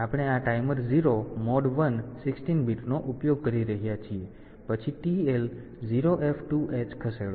તેથી આપણે આ ટાઈમર 0 મોડ 1 16 બીટનો ઉપયોગ કરી રહ્યા છીએ પછી TL 0f2h ખસેડો